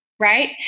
right